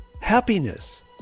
Happiness